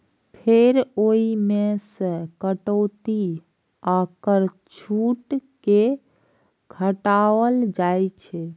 फेर ओइ मे सं कटौती आ कर छूट कें घटाएल जाइ छै